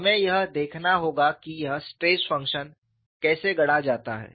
हमें यह देखना होगा कि यह स्ट्रेस फंक्शन कैसे गढ़ा जाता है